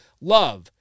love